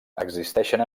existeixen